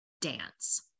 dance